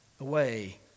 away